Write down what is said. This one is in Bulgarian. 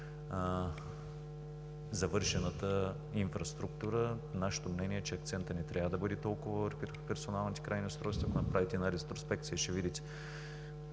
завършената инфраструктура. Нашето мнение е, че акцентът не трябва да бъде толкова в персоналните крайни устройства. Ако направите една ретроспекция, ще видите